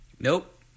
Nope